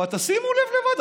אבל תשימו לב לבד,